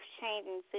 changing